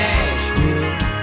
Nashville